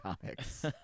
comics